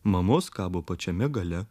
mamos kabo pačiame gale